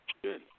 Good